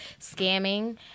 scamming